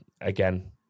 again